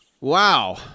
Wow